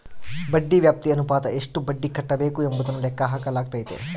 ಬಡ್ಡಿ ವ್ಯಾಪ್ತಿ ಅನುಪಾತ ಎಷ್ಟು ಬಡ್ಡಿ ಕಟ್ಟಬೇಕು ಎಂಬುದನ್ನು ಲೆಕ್ಕ ಹಾಕಲಾಗೈತಿ